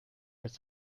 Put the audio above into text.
als